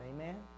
Amen